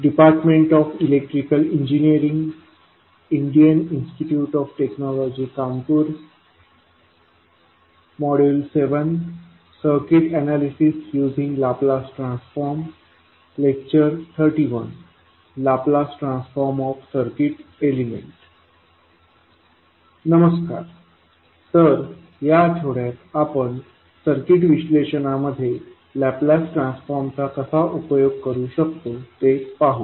नमस्कार तर या आठवड्यात आपण सर्किट विश्लेषणामध्ये लाप्लास ट्रान्सफॉर्मचा कसा उपयोग करू शकतो हे पाहू